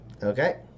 okay